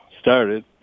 started